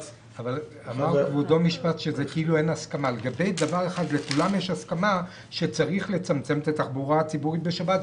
צריך להדגיש שיש הסכמה אצל כולם שצריך לצמצם את התחבורה הציבורית בשבת.